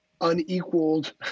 unequaled